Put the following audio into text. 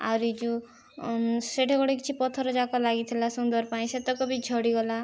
ଆହୁରି ଯୋଉ ସେଇଠି ଗୋଟେ କିଛି ପଥର ଯାକ ଲାଗିଥିଲା ସୁନ୍ଦର ପାଇଁ ସେତକ ବି ଝଡ଼ିଗଲା